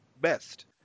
best